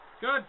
Good